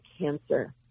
cancer